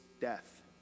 death